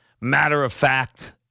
matter-of-fact